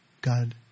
God